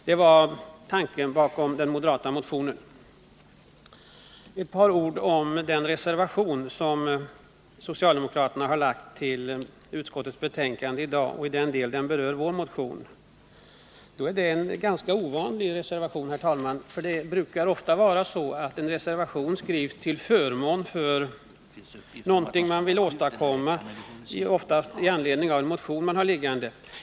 Dessa var tankarna bakom den moderata motionen. Låt mig säga ett par ord om den reservation som socialdemokraterna har fogat till utskottets betänkande. Jag behandlar reservationen såvitt den gäller vår motion. Reservationen är, herr talman, ganska ovanlig. Oftast skrivs en reservation till förmån för någonting som man vill åstadkomma, för det mesta med anledning av en motion.